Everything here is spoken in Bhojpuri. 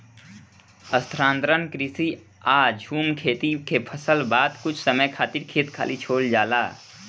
स्थानांतरण कृषि या झूम खेती में फसल के बाद कुछ समय खातिर खेत खाली छोड़ल जाला